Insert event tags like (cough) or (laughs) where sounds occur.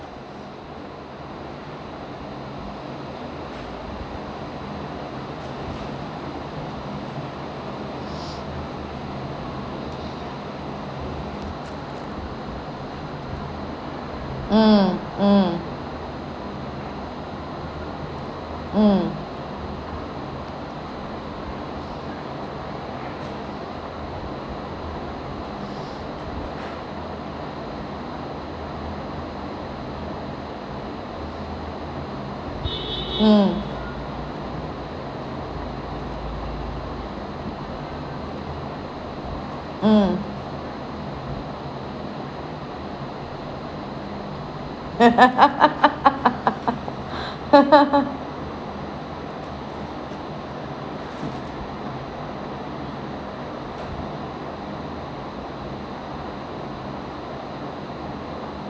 (breath) mm mm mm (breath) mm mm (laughs)